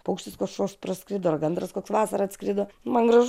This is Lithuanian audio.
paukštis kažkoks praskrido ar gandras koks vasarą atskrido man gražu